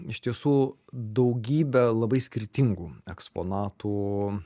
iš tiesų daugybę labai skirtingų eksponatų